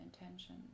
intention